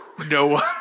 No